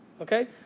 okay